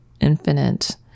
infinite